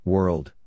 World